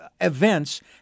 events